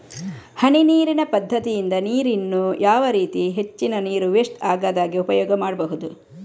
ಹನಿ ನೀರಿನ ಪದ್ಧತಿಯಿಂದ ನೀರಿನ್ನು ಯಾವ ರೀತಿ ಹೆಚ್ಚಿನ ನೀರು ವೆಸ್ಟ್ ಆಗದಾಗೆ ಉಪಯೋಗ ಮಾಡ್ಬಹುದು?